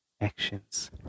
actions